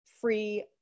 free